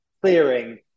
clearing